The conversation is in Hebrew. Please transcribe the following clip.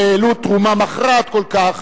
שהעלו תרומה מכרעת כל כך